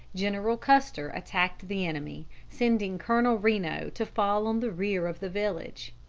general custer attacked the enemy, sending colonel reno to fall on the rear of the village.